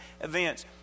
events